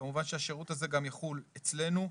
כמובן שהשירות הזה גם יחול אצלנו.